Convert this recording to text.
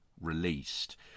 released